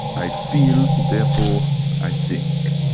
i feel therefore i think.